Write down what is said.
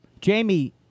Jamie